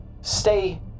stay